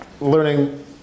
learning